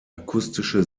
akustische